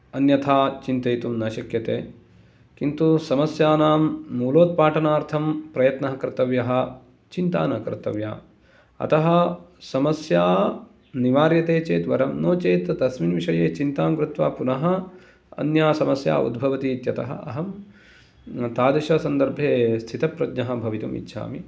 अन्यथा चिन्तयितुं न शक्यते किन्तु समस्यानां मूलोत्पाटनार्थं प्रयत्नः कर्तव्यः चिन्ता न कर्तव्या अतः समस्या निवार्यते चेत् वरं नो चेत् तस्मिन् विषये चिन्तां कृत्वा पुनः अन्या समस्या उद्भवति इत्यतः अहं तादृशसन्दर्भे स्थितप्रज्ञः भवितुमिच्छामि